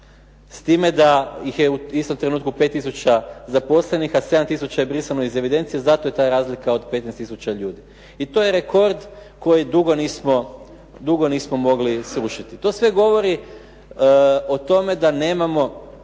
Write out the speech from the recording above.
s time da ih je u istom trenutku 5 tisuća zaposlenih, a 7 tisuća je brisano iz evidencije, zato je ta razlika od 15 tisuća ljudi i to je rekord koji dugo nismo mogli srušiti. To sve govori o tome da nemamo